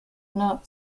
not